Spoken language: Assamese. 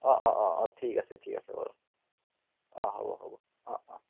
অঁ অঁ ঠিক আছে ঠিক আছে বাৰু অঁ হ'ব হ'ব অঁ অঁ